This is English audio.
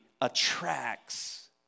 attracts